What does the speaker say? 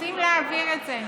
רוצים להעביר את זה.